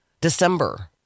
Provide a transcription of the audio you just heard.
December